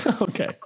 Okay